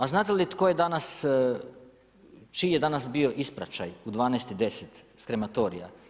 A znate li tko je danas, čiji je danas bio ispraćaj u 12.10 s Krematorija?